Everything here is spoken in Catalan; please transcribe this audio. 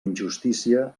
injustícia